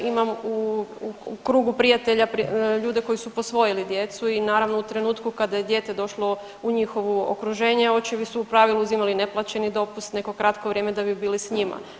Imam u krugu prijatelja ljude koji su posvojili djecu i naravno u trenutku kada je dijete došlo u njihovo okruženje očevi su u pravilu uzimali neplaćeni dopust neko kratko vrijeme da bi bili s njima.